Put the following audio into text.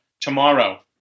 tomorrow